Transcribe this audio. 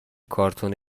کارتن